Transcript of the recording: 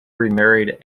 remarried